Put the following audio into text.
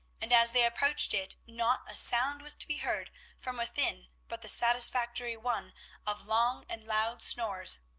and as they approached it not a sound was to be heard from within but the satisfactory one of long and loud snores.